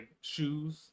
shoes